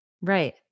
Right